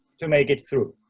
to make it through.